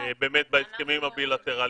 בהסכמים הבי-לטראליים.